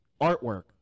artwork